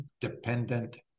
dependent